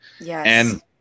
Yes